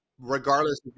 Regardless